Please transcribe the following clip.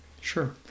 Sure